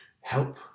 help